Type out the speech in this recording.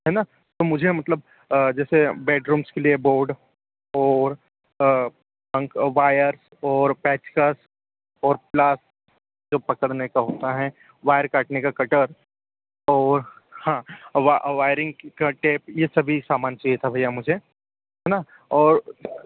है ना तो मुझे मतलब जैसे बैडरूमस के लिए बोर्ड और वायर और पेचकस और प्लार जो पकड़ने का होता है वायर काटने का कटर और हाँ वा वायरिंग का टेप ये सभी सामान चाहिए था भैया मुझे है ना और